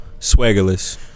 Swaggerless